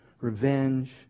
revenge